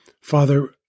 Father